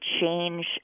change